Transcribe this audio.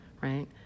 right